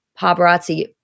paparazzi